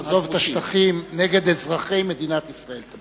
עזוב את השטחים, נגד אזרחי מדינת ישראל.